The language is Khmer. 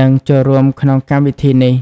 និងចូលរួមក្នុងកម្មវិធីនេះ។